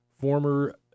former